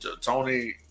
Tony